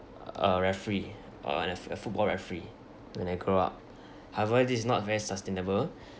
a referee uh and a f~ a football referee when I grow up however this is not very sustainable